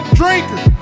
drinker